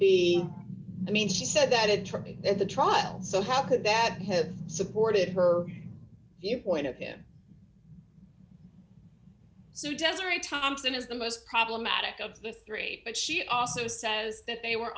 be i mean she said that it took me that the trial so how could that have supported her viewpoint of him so deseret thompson is the most problematic of the three but she also says that they were